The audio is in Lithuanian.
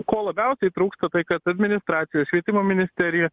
ko labiausiai trūksta tai kad administracija švietimo ministerija